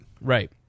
Right